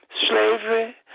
slavery